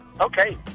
Okay